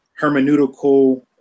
hermeneutical